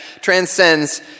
transcends